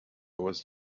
was